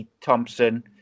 Thompson